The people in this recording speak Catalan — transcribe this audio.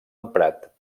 emprat